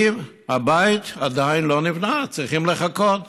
כי הבית עדיין לא נבנה, צריכים לחכות.